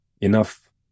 enough